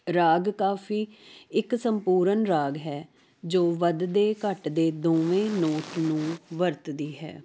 ਰਾਗ ਕਾਫ਼ੀ ਇੱਕ ਸੰਪੂਰਨ ਰਾਗ ਹੈ ਜੋ ਵਧਦੇ ਘੱਟਦੇ ਦੋਵੇਂ ਰੂਪ ਨੂੰ ਵਰਤਦੀ ਹੈ